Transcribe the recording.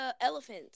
elephant